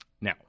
Now